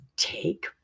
Take